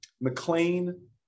McLean